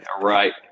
Right